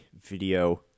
video